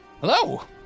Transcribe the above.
hello